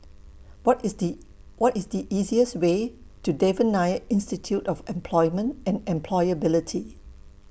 What IS The What IS The easiest Way to Devan Nair Institute of Employment and Employability